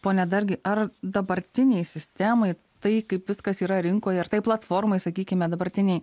pone dargi ar dabartinei sistemai tai kaip viskas yra rinkoje ar tai platformai sakykime dabartinei